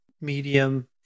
medium